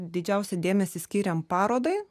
didžiausią dėmesį skyrėm parodai